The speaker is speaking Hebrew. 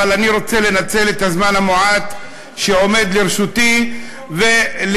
ואני רוצה לנצל את הזמן המועט שעומד לרשותי ולהתמקד